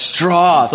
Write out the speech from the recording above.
Straw